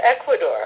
Ecuador